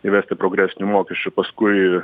įvesti progresinių mokesčių paskui